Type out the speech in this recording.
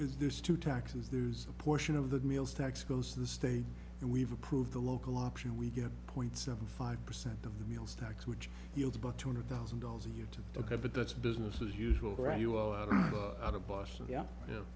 is there's two taxes there's a portion of the meals tax goes to the state and we've approved the local option we get point seven five percent of the meals tax which yields about two hundred thousand dollars a year to look at but that's business as usual out of boston y